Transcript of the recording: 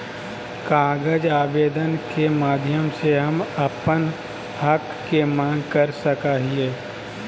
कागज आवेदन के माध्यम से हम अपन हक के मांग कर सकय हियय